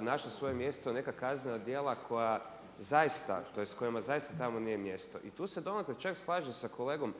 našla svoje mjesto neka kaznena djela koja zaista tj. kojima zaista tamo nije mjesto. I tu se donekle čak slažem sa kolegom